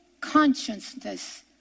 consciousness